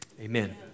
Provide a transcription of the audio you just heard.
amen